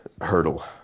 hurdle